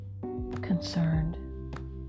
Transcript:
concerned